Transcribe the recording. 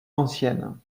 ancienne